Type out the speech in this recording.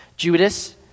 Judas